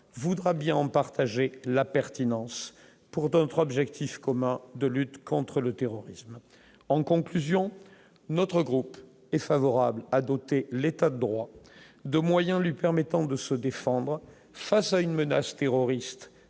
voudra bien ont partagé la pertinence pour d'autres objectifs communs de lutte contre le terrorisme, en conclusion, notre groupe est favorable à doter l'État de droit, de moyens lui permettant de se défendre face à une menace terroriste